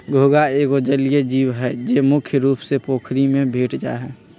घोंघा एगो जलिये जीव हइ, जे मुख्य रुप से पोखरि में भेंट जाइ छै